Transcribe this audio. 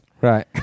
Right